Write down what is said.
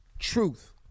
Truth